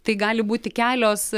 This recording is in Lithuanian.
tai gali būti kelios